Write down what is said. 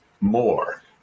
more